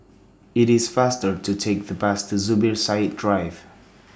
IT IS faster to Take The Bus to Zubir Said Drive